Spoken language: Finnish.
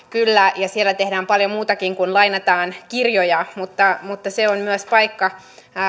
kyllä ja siellä tehdään paljon muutakin kuin lainataan kirjoja mutta mutta se on myös paikka